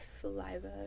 saliva